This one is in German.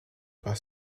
was